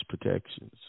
protections